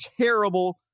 terrible